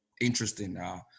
interesting